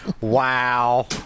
Wow